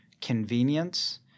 convenience